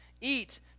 eat